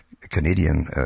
Canadian